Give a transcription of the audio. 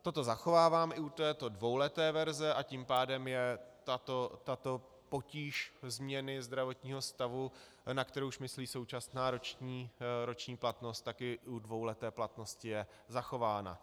Toto zachovávám i u této dvouleté verze, a tím pádem je tato potíž změny zdravotního stavu, na kterou už myslí současná roční platnost, tak i u dvouleté platnosti je zachována.